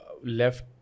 Left